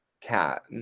Cat